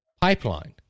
pipeline